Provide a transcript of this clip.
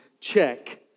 check